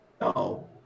No